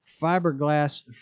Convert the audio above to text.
Fiberglass